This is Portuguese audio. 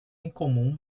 incomum